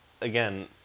again